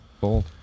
Bold